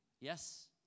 Yes